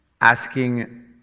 asking